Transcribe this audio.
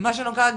ומה שנקרא,